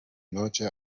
noche